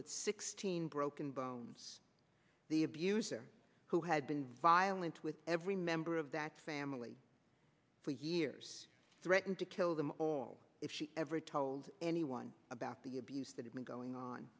with sixteen broken bones the abuser who had been violent with every member of that family for years threatened to kill them all if she ever told anyone about the abuse that had been going on